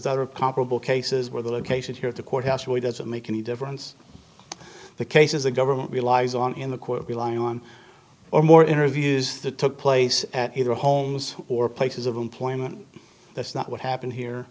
other comparable cases where the location here at the courthouse really doesn't make any difference the cases the government relies on in the court rely on or more interviews that took place at either homes or places of employment that's not what happened